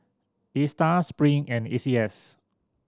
Astar Spring and A C S